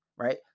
Right